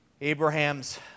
Abraham's